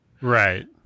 Right